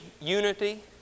unity